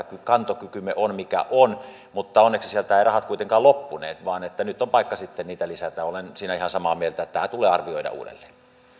kantokykymme on mikä on mutta onneksi sieltä eivät rahat kuitenkaan loppuneet vaan nyt on paikka niitä lisätä olen nyt ihan samaa mieltä siinä että tämä tulee arvioida uudelleen